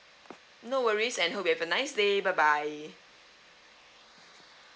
no worries and hope you have a nice day bye bye